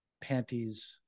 panties